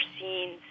scenes